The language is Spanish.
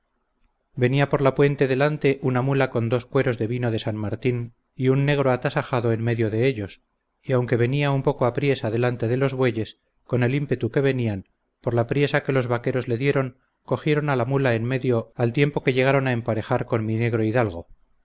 venía por la puente delante una mula con dos cueros de vino de san martín y un negro atasajado en medio de ellos y aunque venía un poco apriesa delante de los bueyes con el ímpetu que venían por la priesa que los vaqueros le dieron cogieron a la mula en medio al tiempo que llegaron a emparejar con mi negro hidalgo